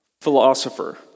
philosopher